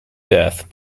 death